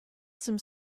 some